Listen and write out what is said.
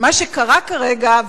מה שקרה כרגע,